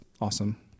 awesome